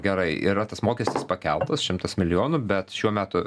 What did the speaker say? gerai yra tas mokestis pakeltas šimtas milijonų bet šiuo metu